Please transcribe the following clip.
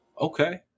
Okay